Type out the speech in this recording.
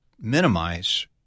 minimize